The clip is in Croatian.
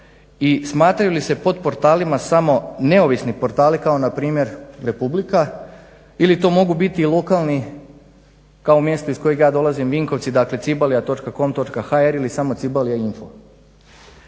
i smatraju li se pod portalima samo neovisni portali kao na primjer republika ili to mogu biti i lokalni kao mjesto iz kojeg ja dolazim Vinkovci. Dakle, Cibalia.com. hr ili samo Cibalia info.